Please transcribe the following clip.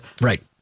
Right